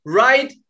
right